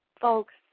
Folks